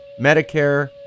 Medicare